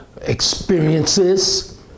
experiences